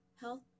health